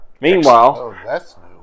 Meanwhile